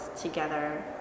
together